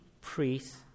priests